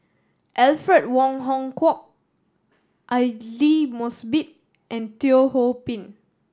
Alfred Wong Hong Kwok Aidli Mosbit and Teo Ho Pin